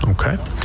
Okay